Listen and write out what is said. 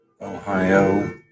Ohio